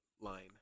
line